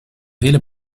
vele